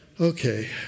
Okay